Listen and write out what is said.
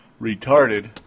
retarded